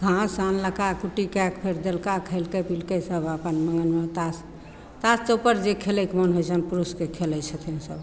घास आनलका कुट्टी कए कऽ फेर देलका खयलकय पिलकय सब अपन मगनमे तास तास चौकपर जे खेलयके मोन होइ छनि पुरुषके खेलय छथिन सब